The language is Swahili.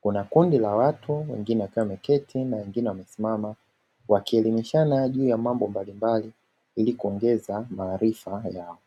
kuna kundi la watu walioketi na wengine wamesimama wakielimishana juu ya mambo mbalimbali ili kuongeza maarifa yao.